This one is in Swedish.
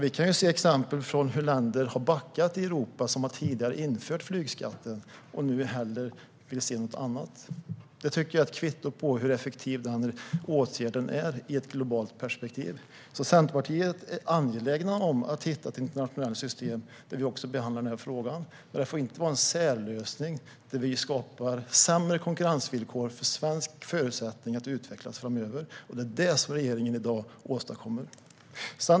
Vi kan se exempel på hur länder i Europa som tidigare har infört flygskatt har backat och nu hellre vill se något annat. Det tycker jag är ett kvitto på hur effektiv den åtgärden är i ett globalt perspektiv. Centerpartiet är angeläget om att hitta ett internationellt system där vi behandlar denna fråga, men det får inte vara en särlösning där vi skapar sämre konkurrensvillkor och sämre förutsättningar för Sverige att utvecklas framöver. Det är det regeringen åstadkommer i dag.